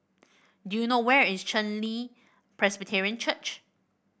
do you know where is Chen Li Presbyterian Church